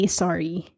sorry